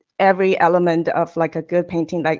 every element of like a good painting, like